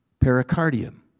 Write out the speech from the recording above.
pericardium